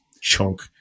chunk